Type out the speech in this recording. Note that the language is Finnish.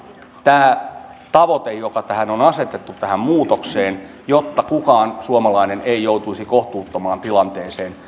tämä tavoite joka on asetettu tähän muutokseen jotta kukaan suomalainen ei joutuisi kohtuuttomaan tilanteeseen niin